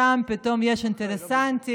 שם פתאום יש אינטרסנטים,